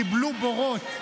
קיבלו בורות,